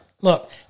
Look